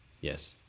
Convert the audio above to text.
Yes